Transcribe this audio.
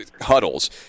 huddles